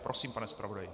Prosím, pane zpravodaji.